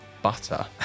Butter